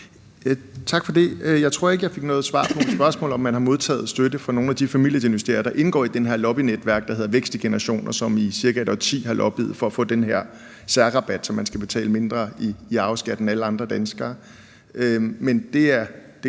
Tak for det. Jeg tror ikke, jeg fik noget svar på mit spørgsmål om, om man har modtaget støtte fra nogle af de familiedynastier, der indgår i det her lobbynetværk, der hedder Vækst i Generationer, som i ca. 1 årti har lobbyet for at få den her særrabat, så man skal betale mindre i arveskat end alle andre danskere.